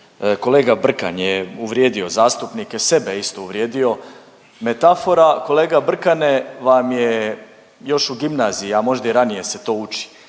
Kolega Brkan je uvrijedio zastupnike, sebe je isto uvrijedio. Metafora kolega Brkane vam je još u gimnaziji, a možda i ranije se to uči